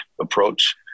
approach